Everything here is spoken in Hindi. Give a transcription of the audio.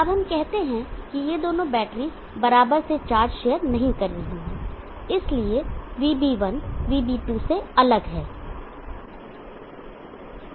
अब हम कहते हैं कि ये दोनों बैटरीज बराबर से चार्ज शेयर नहीं कर रही हैं और इसलिए VB1 VB2 से अलग है